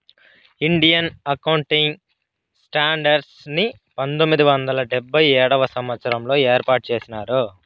Indian accounting standards ని పంతొమ్మిది వందల డెబ్భై ఏడవ సంవచ్చరంలో ఏర్పాటు చేసినారు